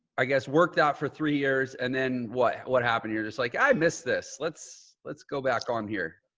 i guess, worked that for three years. and then what, what happened? you're just like i miss this. let's let's go back on here.